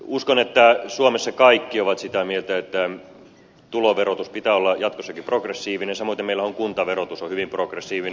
uskon että suomessa kaikki ovat sitä mieltä että tuloverotuksen pitää jatkossakin olla progressiivinen samoiten meillä on kuntaverotus hyvin progressiivinen